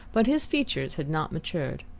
but his features had not matured.